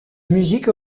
musique